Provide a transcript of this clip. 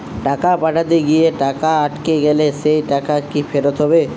টাকা পাঠাতে গিয়ে টাকা আটকে গেলে সেই টাকা কি ফেরত হবে?